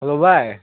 hello ꯚꯥꯏ